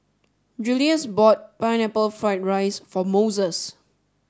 Juluis bought Pineapple Fried Rice for Moses